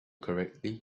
correctly